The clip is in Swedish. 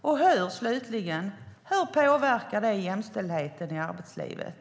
Och, slutligen: Hur påverkar detta jämställdheten i arbetslivet?